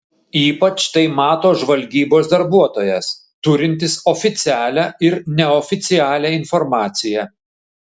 ypač tai mato žvalgybos darbuotojas turintis oficialią ir neoficialią informaciją